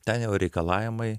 ten jau reikalavimai